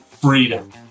freedom